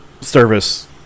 service